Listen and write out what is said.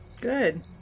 good